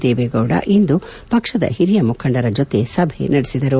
ದೇವೇಗೌಡ ಇಂದು ಪಕ್ಷದ ಹಿರಿಯ ಮುಖಂಡರ ಜೊತೆ ಸಭೆ ನಡೆಸಿದರು